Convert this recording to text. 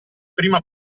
prima